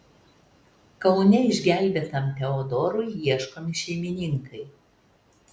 kaune išgelbėtam teodorui ieškomi šeimininkai